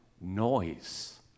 noise